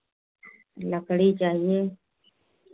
लकड़ी चाहिए